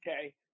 okay